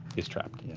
is trapped.